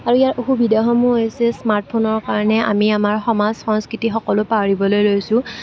আৰু ইয়াৰ অসুবিধাসমূহ হৈছে স্মাৰ্টফোনৰ কাৰণে আমি আমাৰ সমাজ সংস্কৃতি সকলো পাহৰিবলৈ লৈছোঁ